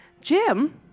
Jim